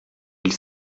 ils